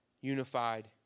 unified